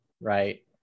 right